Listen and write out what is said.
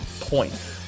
point